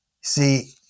See